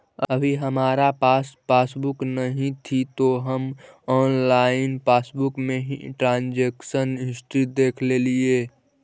अभी हमारा पास पासबुक नहीं थी तो हम ऑनलाइन पासबुक में ही ट्रांजेक्शन हिस्ट्री देखलेलिये